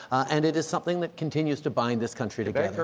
and it's something that continues to bind this country together.